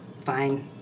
fine